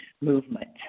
movement